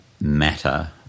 matter